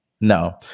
No